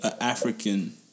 African